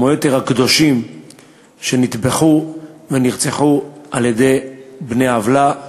כמו יתר הקדושים שנטבחו ונרצחו על-ידי בני עוולה.